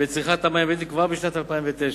בצריכת המים כבר בשנת 2009,